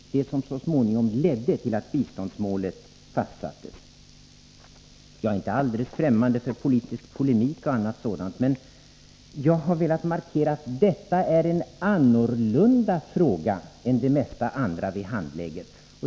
Det är det som så småningom ledde till att biståndsmålet fastställdes. Jag är inte alldeles främmande för politisk polemik, men jag har velat markera att detta är en annorlunda fråga än de flesta andra vi diskuterar.